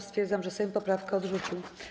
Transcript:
Stwierdzam, że Sejm poprawkę odrzucił.